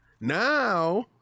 Now